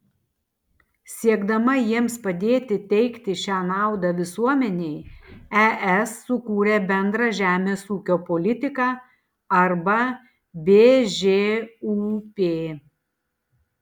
siekdama jiems padėti teikti šią naudą visuomenei es sukūrė bendrą žemės ūkio politiką arba bžūp